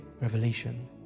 revelation